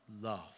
love